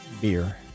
beer